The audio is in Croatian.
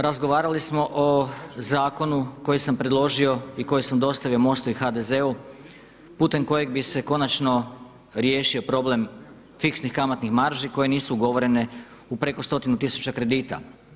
Razgovarali smo o zakonu koji sam predložio i koje sam dostavio MOST-u i HDZ-u putem kojeg bi se konačno riješio problem fiksnih kamatnih marži koje nisu ugovorene u preko stotinu tisuća kredita.